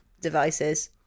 devices